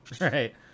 right